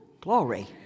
glory